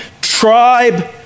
tribe